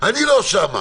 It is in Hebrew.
ואני לא שם.